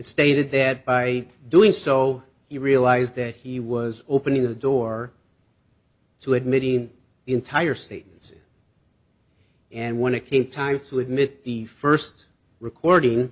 stated that by doing so he realized that he was opening the door to admitting entire statements and when it came time to admit the first recording